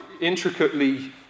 intricately